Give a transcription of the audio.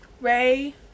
Ray